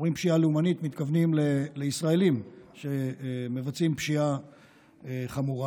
כשאומרים "פשיעה לאומנית" מתכוונים לישראלים שמבצעים פשיעה חמורה,